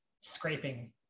scraping